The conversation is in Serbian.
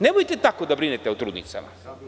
Nemojte tako da brinete o trudnicama.